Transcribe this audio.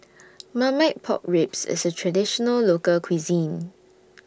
Marmite Pork Ribs IS A Traditional Local Cuisine